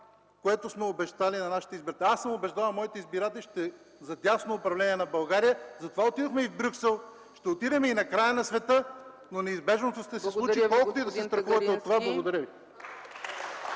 което сме обещали на нашите избиратели. Аз съм убеждавал моите избиратели за дясно управление на България. Затова отидохме и в Брюксел, ще отидем и накрая на света, но неизбежното ще се случи, колкото и да се страхувате от това. Благодаря ви.